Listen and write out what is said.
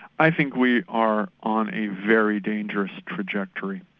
i think we are on a very dangerous trajectory.